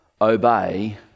obey